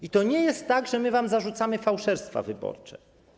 I to nie jest tak, że my wam zarzucamy fałszerstwa wyborcze.